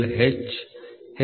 H H